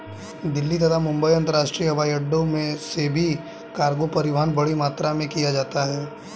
दिल्ली तथा मुंबई अंतरराष्ट्रीय हवाईअड्डो से भी कार्गो परिवहन बड़ी मात्रा में किया जाता है